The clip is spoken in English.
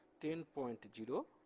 ten point zero,